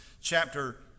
chapter